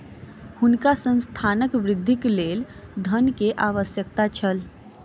हुनका संस्थानक वृद्धिक लेल धन के आवश्यकता छल